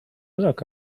look